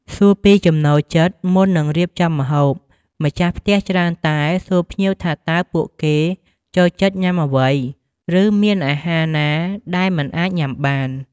សួរពីចំណូលចិត្តមុននឹងរៀបចំម្ហូប ម្ចាស់ផ្ទះច្រើនតែសួរភ្ញៀវថាតើពួកគេចូលចិត្តញ៉ាំអ្វី ឬមានអាហារណាដែលមិនអាចញ៉ាំបាន។